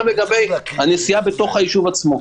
לגבי נסיעה בתוך היישוב עצמו,